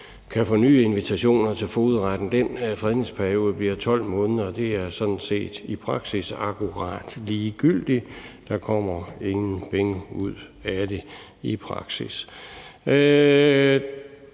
kan få nye invitationer til fogedretten. Den fredningsperiode bliver 12 måneder. Det er sådan set i praksis akkurat ligegyldigt. Der kommer ingen penge ud af det i praksis.